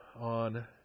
on